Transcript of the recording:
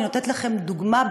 אני נותנת לכם דוגמה,